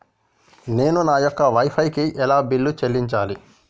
నేను నా యొక్క వై ఫై కి ఎలా బిల్లు చెల్లించాలి?